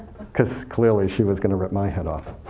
because clearly she was going to rip my head off.